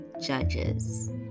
judges